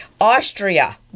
Austria